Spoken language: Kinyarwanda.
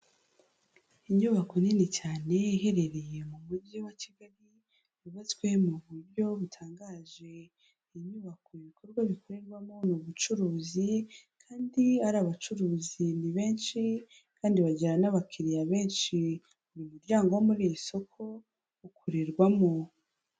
Inyubako nini cyane iherereye mu mujyi wa Kigali, yubatswe mu buryo butangaje, iyi nyubako ibikorerwamo ni ubucuruzi, kandi ari abacuruzi ni benshi kandi bagira n'abakiriya benshi, buri muryango wo muri iri soko ukorerwamo.